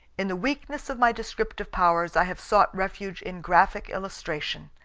in the weakness of my descriptive powers i have sought refuge in graphic illustration,